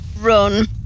run